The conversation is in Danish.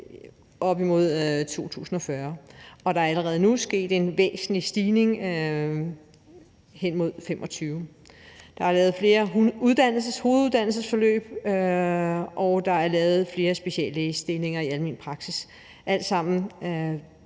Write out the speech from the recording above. mod 2040. Og der er allerede nu sket en væsentlig stigning hen imod 2025. Der er lavet flere hoveduddannelsesforløb, og der er blevet oprettet flere speciallægestillinger i almen praksis – alt sammen